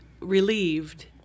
relieved